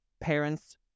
parents